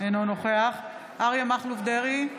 אינו נוכח אריה מכלוף דרעי,